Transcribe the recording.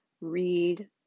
read